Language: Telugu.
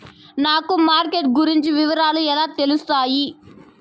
నాకు మార్కెట్ గురించి వివరాలు ఎలా తెలుస్తాయి?